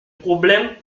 problème